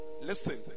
listen